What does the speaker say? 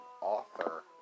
author